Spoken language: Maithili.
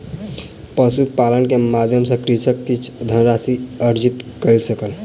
पशुपालन के माध्यम सॅ कृषक किछ धनराशि अर्जित कय सकल